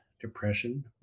depression